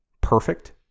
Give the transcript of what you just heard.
perfect